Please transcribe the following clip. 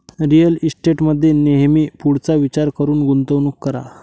real इस्टेटमध्ये नेहमी पुढचा विचार करून गुंतवणूक करा